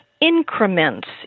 increments